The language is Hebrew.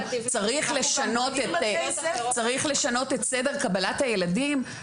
צריך לשנות את סדר קבלת הילדים,